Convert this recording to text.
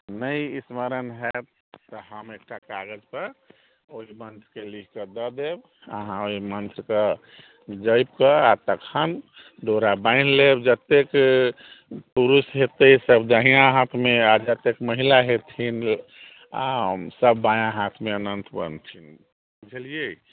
नहि स्मरण हैत तऽ हम एकटा कागजपर ओहि मन्त्रके लिखिकऽ दऽ देब अहाँ ओहि मन्त्रके जपिकऽ आओर तखन डोरा बान्हि लेब जतेक पुरुष हेताह सब दहिना हाथमे आओर जतेक महिला हेथिन सब बायाँ हाथमे अनन्त बन्हथिन बुझलिए